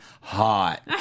Hot